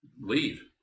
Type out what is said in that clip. leave